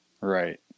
Right